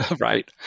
right